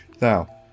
Now